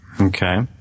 Okay